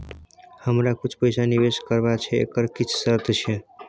हमरा कुछ पैसा निवेश करबा छै एकर किछ शर्त छै?